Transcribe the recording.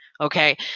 Okay